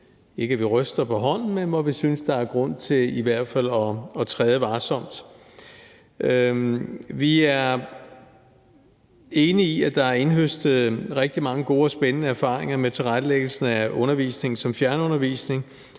sige, at vi ryster på hånden, men hvor vi synes, at der i hvert fald er grund til at træde varsomt. Vi er enige i, at der er indhøstet rigtig mange gode og spændende erfaringer med tilrettelæggelsen af undervisningen som fjernundervisning,